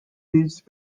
these